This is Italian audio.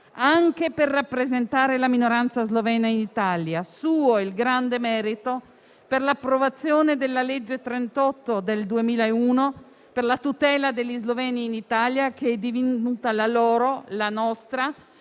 anche per rappresentare la minoranza slovena in Italia. Suo il grande merito dell'approvazione della legge n. 38 del 2001 per la tutela degli sloveni in Italia, che è divenuta la loro e la nostra